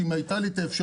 אם הייתה לי את האפשרות,